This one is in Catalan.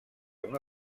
una